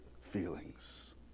feelings